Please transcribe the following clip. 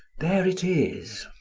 there it is.